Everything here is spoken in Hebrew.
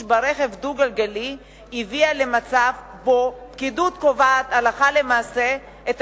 ברכב דו-גלגלי הביא למצב שבו פקידות קובעת הלכה למעשה את